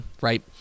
right